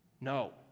No